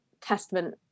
testament